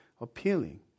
appealing